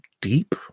deep